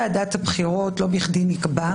ביקשנו את זה בניכוי 110 מיליון שקלים,